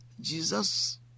Jesus